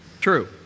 True